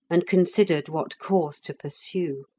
and considered what course to pursue.